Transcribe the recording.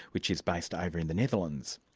which is based over in the netherlands.